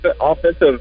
offensive